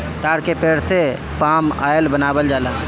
ताड़ के पेड़ से पाम आयल बनावल जाला